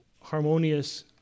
harmonious